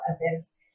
events